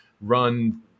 run